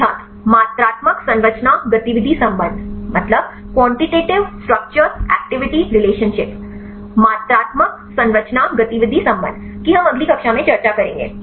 छात्र मात्रात्मक संरचना गतिविधि संबंध मात्रात्मक संरचना गतिविधि संबंध कि हम अगली कक्षा में चर्चा करेंगे